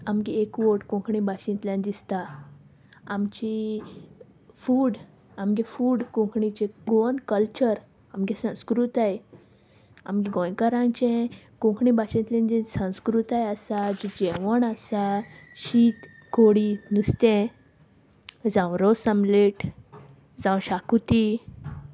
आमगे एकवट कोंकणी भाशेंतल्यान दिसता आमची फूड आमगे फूड कोंकणीचे गोवन कल्चर आमगे संस्कृताय आमगे गोंयकारांचे कोंकणी भाशेंतलेन जें संस्कृताय आसा जें जेवण आसा शीत कोडी नुस्तें जावं रोस आमलेट जावं शाकुती